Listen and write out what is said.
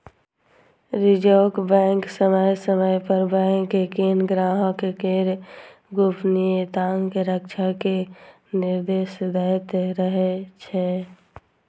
reserve bank समय समय पर बैंक कें ग्राहक केर गोपनीयताक रक्षा के निर्देश दैत रहै छै